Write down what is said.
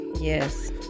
Yes